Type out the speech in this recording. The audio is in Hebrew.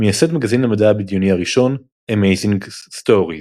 מייסד מגזין המדע הבדיוני הראשון "Amazing Stories".